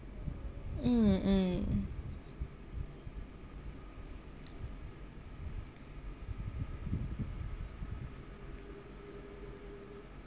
mm mm